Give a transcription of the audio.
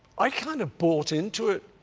i kind of bought into it.